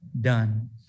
done